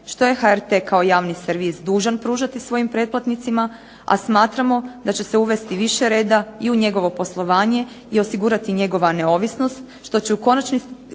što je HRT kao javni servis dužan pružati svojim pretplatnicima, a smatramo da će se uvesti više reda i u njegovo poslovanje i osigurati njegova neovisnost što će u konačnici